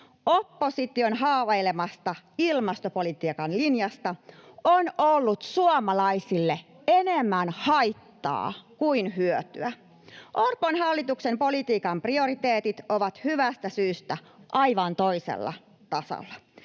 Opposition haavailemasta ilmastopolitiikan linjasta on ollut suomalaisille enemmän haittaa kuin hyötyä. Orpon hallituksen politiikan prioriteetit ovat hyvästä syystä aivan toisella tasolla.